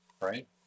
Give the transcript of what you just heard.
right